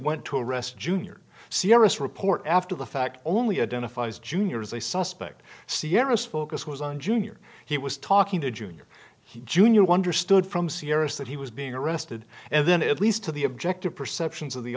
went to arrest junior sirus report after the fact only identifies junior as a suspect sierra's focus was on junior he was talking to junior he junior wonder stood from sierra's that he was being arrested and then at least to the objective perceptions of the